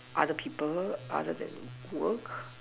other people other than work